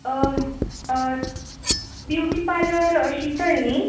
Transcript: beauty parlour Shital नी